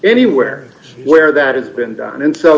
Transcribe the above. anywhere where that has been done and so